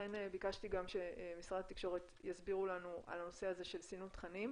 ולכן ביקשתי גם שמשרד התקשורת יסבירו לנו על הנושא של סינון תכנים,